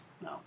No